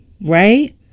right